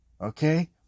okay